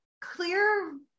clear